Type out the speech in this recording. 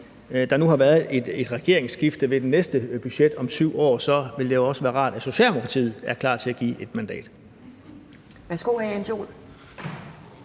der nu har været et regeringsskifte ved det næste budget om 7 år, vil være rart, at Socialdemokratiet er klar til at give et mandat.